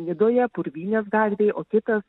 nidoje purvynės gatvėj o kitas